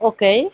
okay